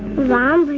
why